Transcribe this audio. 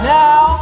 now